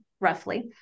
roughly